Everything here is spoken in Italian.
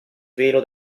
velo